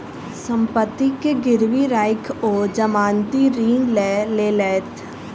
सम्पत्ति के गिरवी राइख ओ जमानती ऋण लय लेलैथ